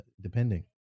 depending